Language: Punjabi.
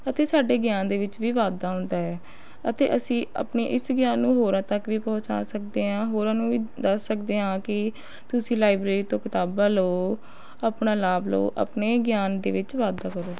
ਅਤੇ ਸਾਡੇ ਗਿਆਨ ਦੇ ਵਿੱਚ ਵੀ ਵਾਧਾ ਹੁੰਦਾ ਹੈ ਅਤੇ ਅਸੀਂ ਆਪਣੇ ਇਸ ਗਿਆਨ ਨੂੰ ਹੋਰਾਂ ਤੱਕ ਵੀ ਪਹੁੰਚਾ ਸਕਦੇ ਹਾਂ ਹੋਰਾਂ ਨੂੰ ਵੀ ਦੱਸ ਸਕਦੇ ਹਾਂ ਕਿ ਤੁਸੀਂ ਲਾਇਬ੍ਰੇਰੀ ਤੋਂ ਕਿਤਾਬਾਂ ਲਉ ਆਪਣਾ ਲਾਭ ਲਉ ਆਪਣੇ ਗਿਆਨ ਦੇ ਵਿੱਚ ਵਾਧਾ ਕਰੋ